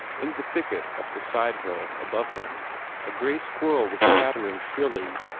in the thicket up the side-hill above him a gray squirrel was chattering shrilly,